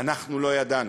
אנחנו לא ידענו.